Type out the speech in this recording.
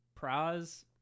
Praz